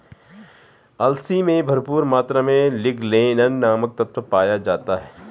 अलसी में भरपूर मात्रा में लिगनेन नामक तत्व पाया जाता है